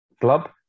club